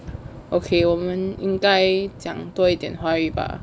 okay 我们应该讲多一点华语吧